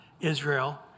Israel